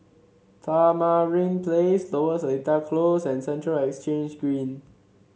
Tamarind Place Lower Seletar Close and Central Exchange Green